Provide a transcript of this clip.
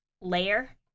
layer